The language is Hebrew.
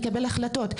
לקבל החלטות,